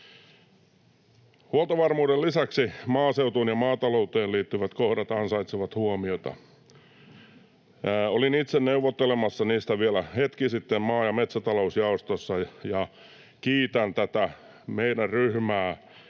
Huoltovarmuuden lisäksi maaseutuun ja maatalouteen liittyvät kohdat ansaitsevat huomiota. Olin itse neuvottelemassa niistä vielä hetki sitten maa- ja metsätalousjaostossa, ja kiitän tätä meidän ryhmää